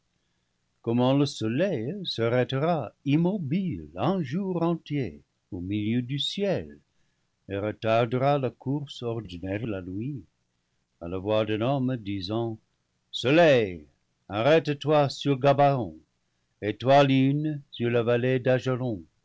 comment le soleil s'arrêtera immobile un jour entier au mi lieu du ciel et retardera la course ordinaire de la nuit à la voix d'un homme disant soleil arrête-toi sur gabaon et toi lune sur la vallée